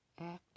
Act